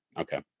Okay